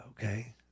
okay